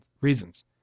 reasons